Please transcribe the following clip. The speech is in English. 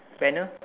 banner